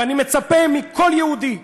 ואני מצפה מכל יהודי,